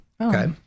Okay